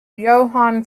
johann